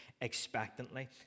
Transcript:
expectantly